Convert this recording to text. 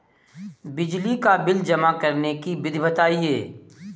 बिजली का बिल जमा करने की विधि बताइए?